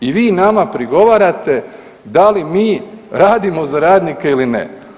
I vi nama prigovarate da li mi radimo za radnike ili ne.